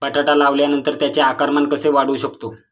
बटाटा लावल्यानंतर त्याचे आकारमान कसे वाढवू शकतो?